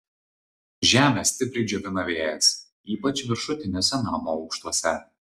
žemę stipriai džiovina vėjas ypač viršutiniuose namo aukštuose